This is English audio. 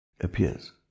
appears